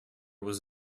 was